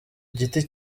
giti